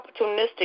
opportunistic